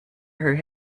her